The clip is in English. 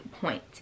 point